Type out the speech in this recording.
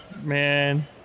man